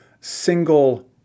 single